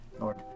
Lord